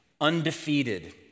undefeated